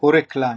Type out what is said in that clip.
אורי קליין,